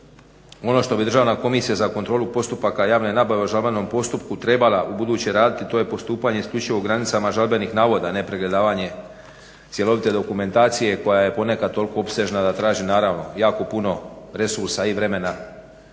ono što bi Državna komisija za kontrolu postupaka javne nabave u žalbenom postupku trebala ubuduće raditi, to je postupanje isključivo u granicama žalbenih navoda, ne pregledavanje cjelovite dokumentacije koja je ponekad toliko opsežna da traži naravno jako puno resursa i vremena